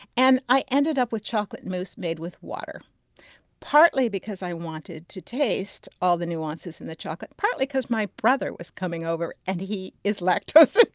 and i ended up with chocolate mousse made with water partly because i wanted to taste all the nuances in the chocolate, partly because my brother was coming over and he is lactose